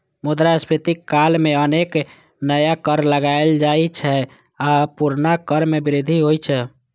मुद्रास्फीति काल मे अनेक नया कर लगाएल जाइ छै आ पुरना कर मे वृद्धि होइ छै